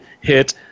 hit